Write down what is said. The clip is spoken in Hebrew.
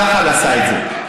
שחל עשה את זה.